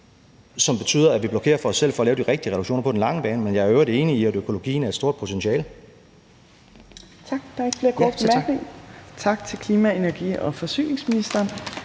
som betyder, at vi blokerer for os selv i forhold til at lave de rigtige reduktioner på den lange bane. Men jeg er i øvrigt enig i, at økologien er et stort potentiale.